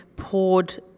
...poured